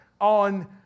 on